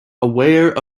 aware